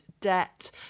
debt